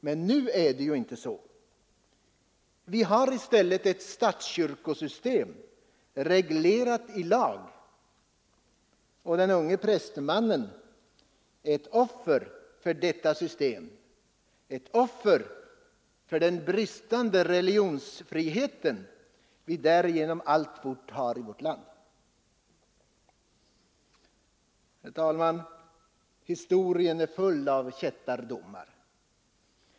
Men nu är det inte så. Vi har i stället ett statskyrkosystem, reglerat i lag, och den unge prästmannen är ett offer för detta system och ett offer för den bristande religionsfrihet vi därigenom alltfort har i vårt land. Herr talman! Historien är full av kättardomar.